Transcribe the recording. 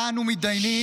שבה אנו מתדיינים,